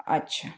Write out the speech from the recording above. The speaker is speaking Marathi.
अच्छा